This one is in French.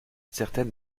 certaines